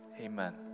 Amen